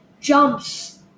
jumps